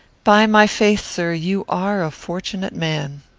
by my faith, sir, you are a fortunate man.